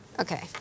Okay